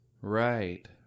Right